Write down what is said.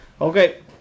Okay